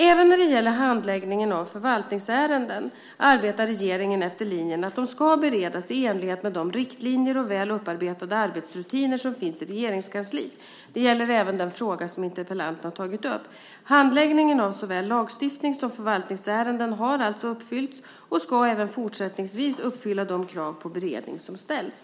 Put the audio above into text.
Även när det gäller handläggningen av förvaltningsärenden arbetar regeringen efter linjen att de ska beredas i enlighet med de riktlinjer och väl upparbetade arbetsrutiner som finns i Regeringskansliet. Det gäller även den fråga som interpellanten har tagit upp. Handläggningen av såväl lagstiftnings som förvaltningsärenden har alltså uppfyllts och ska även fortsättningsvis uppfylla de krav på beredning som ställs.